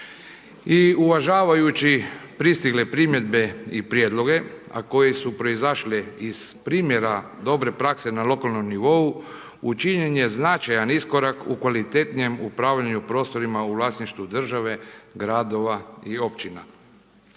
I uvažavajući pristigle primjedbe i prijedloge, a koji su proizašli iz primjera dobre prakse na lokalnom nivou učinjen je značajan iskorak u kvalitetnije upravljanju prostorima u vlasništvu države, gradova i općina.